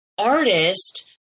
Artist